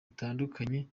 butandukanye